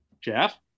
Jeff